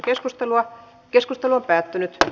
keskustelua ei syntynyt